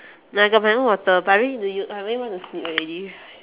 no I got my own water but I really need to u~ I really want to sleep already